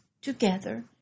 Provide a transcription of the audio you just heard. together